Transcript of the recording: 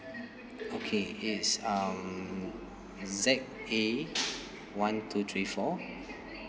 okay it's um Z A one two three four